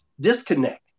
disconnect